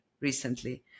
recently